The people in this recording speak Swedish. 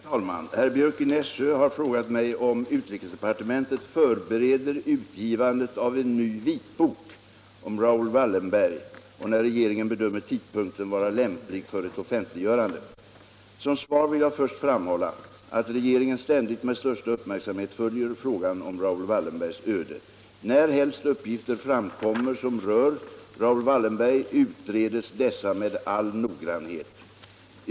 Herr talman! Herr Björck i Nässjö har frågat mig om utrikesdepartementet förbereder utgivandet av en ny vitbok om Raoul Wallenberg och när regeringen bedömer tidpunkten vara lämplig för ett offentliggörande. Som svar vill jag först framhålla att regeringen ständigt med största uppmärksamhet följer frågan om Raoul Wallenbergs öde. Närhelst uppgifter framkommer som rör Raoul Wallenberg utredes dessa med all noggrannhet.